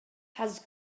has